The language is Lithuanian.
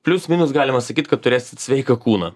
plius minus galima sakyt kad turėsit sveiką kūną